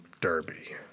Derby